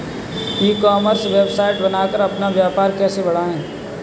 ई commerce website बनाकर अपना व्यापार कैसे बढ़ाएँ?